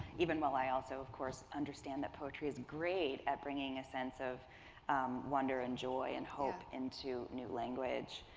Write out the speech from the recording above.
even while i also, of course, understand that poetry is great at bringing a sense of wonder and joy and hope into new language.